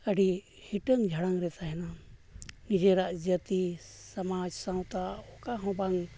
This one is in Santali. ᱟᱹᱰᱤ ᱦᱤᱴᱟᱹᱝ ᱡᱷᱟᱲᱟᱝ ᱨᱮ ᱛᱟᱦᱮᱱᱟ ᱱᱤᱡᱮᱨᱟᱜ ᱡᱟᱹᱛᱤ ᱥᱚᱢᱟᱡᱽ ᱥᱟᱶᱛᱟ ᱚᱠᱟ ᱦᱚᱸ ᱵᱟᱝ